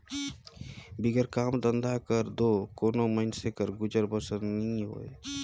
बिगर काम धंधा कर दो कोनो मइनसे कर गुजर बसर नी होए